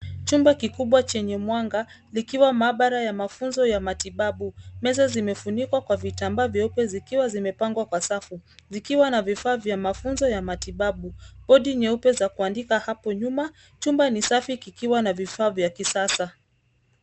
Chumba kikubwa chenye mwanga likiwa maabara ya mafunzo ya matibabu. Meza zimefunikwa kwa vitambaa vyeupe zikiwa zimepangwa kwa safu, zikiwa na vifaa vya mafunzo ya matibabu. Bodi nyeupe za kuandika hapo nyuma. Chumba ni safi kikiwa na vifaa vya kisasa.